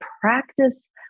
practice